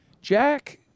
Jack